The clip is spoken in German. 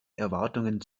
erwartungen